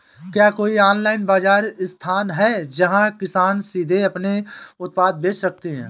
क्या कोई ऑनलाइन बाज़ार स्थान है जहाँ किसान सीधे अपने उत्पाद बेच सकते हैं?